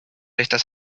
estas